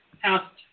past